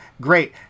great